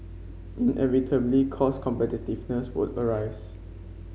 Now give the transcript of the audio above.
inevitably cost competitiveness would arise